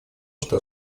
что